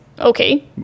okay